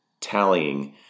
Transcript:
tallying